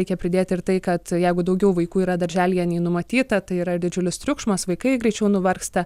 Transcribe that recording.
reikia pridėti ir tai kad jeigu daugiau vaikų yra darželyje nei numatyta tai yra didžiulis triukšmas vaikai greičiau nuvargsta